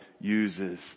uses